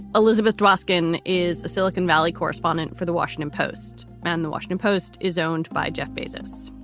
elizabeth dwoskin is a silicon valley correspondent for the washington post, and the washington post is owned by jeff basis.